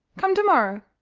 come to-morrow.